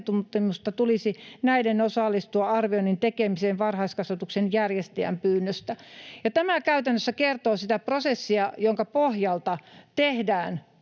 tulisi näiden osallistua arvioinnin tekemiseen varhaiskasvatuksen järjestäjän pyynnöstä.” Tämä käytännössä kertoo sitä prosessia, jonka pohjalta tehdään